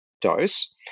dose